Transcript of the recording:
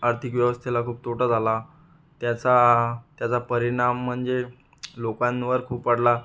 आर्थिक व्यवस्थेला खूप तोटा झाला त्याचा त्याचा परिणाम म्हणजे लोकांवर खूप पडला